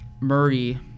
Murray